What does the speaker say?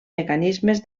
mecanismes